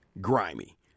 Grimy